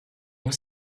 were